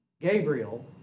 Gabriel